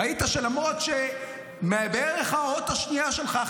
ראית שלמרות שמהאות השנייה שלך,